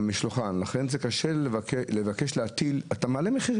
אבל משלוחן אין האלטרנטיבה לבוא עם השקית שלך.